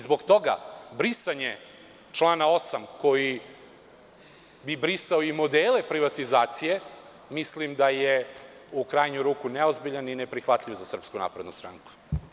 Zbog toga brisanje člana 8. koji bi brisao i modele privatizacije mislim da je u krajnju ruku neozbiljan i neprihvatljiv za SNS.